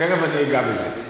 תכף אני אגע בזה.